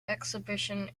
exhibition